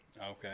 Okay